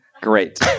great